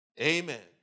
Amen